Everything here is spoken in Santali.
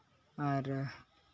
ᱟᱨ